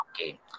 Okay